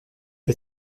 est